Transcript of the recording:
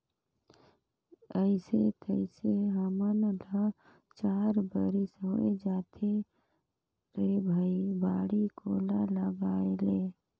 अइसे तइसे हमन ल चार बरिस होए जाथे रे भई बाड़ी कोला लगायेले